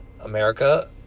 America